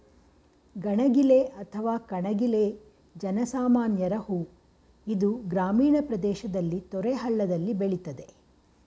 ಗಣಗಿಲೆ ಅಥವಾ ಕಣಗಿಲೆ ಜನ ಸಾಮಾನ್ಯರ ಹೂ ಇದು ಗ್ರಾಮೀಣ ಪ್ರದೇಶದಲ್ಲಿ ತೊರೆ ಹಳ್ಳದಲ್ಲಿ ಬೆಳಿತದೆ